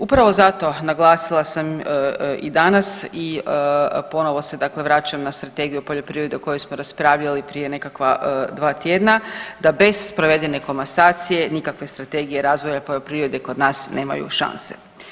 Upravo zato naglasila sam i danas i ponovo se dakle vraćam na Strategiju poljoprivrede o kojoj smo raspravljali prije nekakva dva tjedna da bez provedene komasacije nikakve Strategije razvoja poljoprivrede kod nas nemaju šanse.